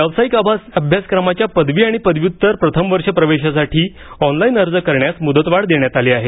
व्यावसायिक अभ्यासक्रमाच्या पदवी आणि पदव्युत्तर प्रथम वर्ष प्रवेशासाठी ऑनलाइन अर्ज करण्यास मुदतवाढ देण्यात आली आहे